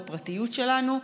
בפרטיות שלנו,